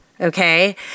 Okay